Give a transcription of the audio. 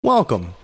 Welcome